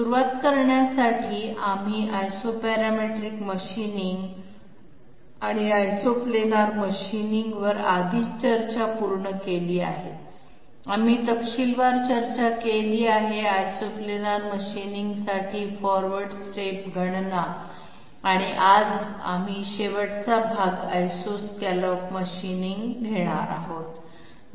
सुरूवात करण्यासाठी आम्ही आयसोपॅरामेट्रिक मशीनिंग आणि आयसोप्लानर मशीनिंगवर आधीच चर्चा पूर्ण केली आहे आम्ही तपशीलवार चर्चा केली आहे आयसोप्लानर मशीनिंगसाठी फॉरवर्ड स्टेप गणना आणि आज आम्ही शेवटचा भाग आयसोस्कॉलॉप मशीनिंग घेणार आहोत